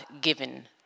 given